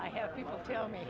i have people tell me